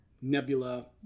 nebula